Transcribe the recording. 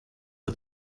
der